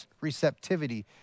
receptivity